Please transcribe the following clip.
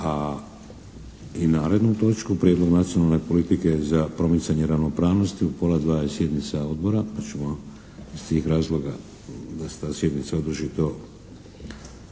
a i narednu točku Prijedlog nacionalne politike za promicanje ravnopravnosti, u pola dva je sjednica odbora pa ćemo iz tih razloga da se sjednica održi